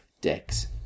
decks